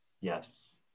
Yes